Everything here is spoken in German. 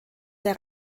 der